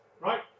right